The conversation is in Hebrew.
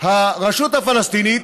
הרשות הפלסטינית